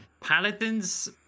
Paladins